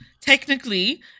technically